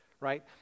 right